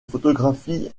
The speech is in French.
photographies